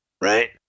Right